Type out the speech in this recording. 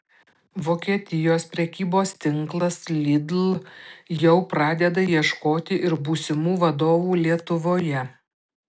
vokietijos prekybos tinklas lidl jau pradeda ieškoti ir būsimų vadovų lietuvoje